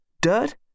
Dirt